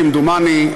כמדומני,